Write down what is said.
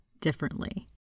differently